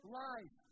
life